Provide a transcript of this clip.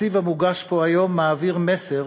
התקציב המוגש פה היום מעביר מסר